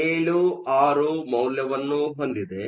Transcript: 76 ಮೌಲ್ಯವನ್ನು ಹೊಂದಿದೆ